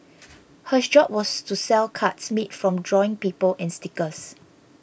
her job was to sell cards made from drawing people and stickers